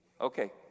okay